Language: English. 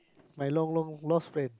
my long long lost friend